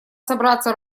собраться